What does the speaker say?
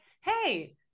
Hey